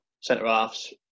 Centre-halves